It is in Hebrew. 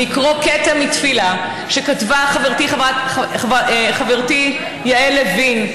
לקרוא קטע מתפילה שכתבה חברתי יעל לוין,